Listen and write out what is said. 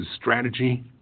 strategy